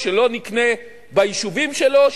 שלא נקנה ביישובים שלו,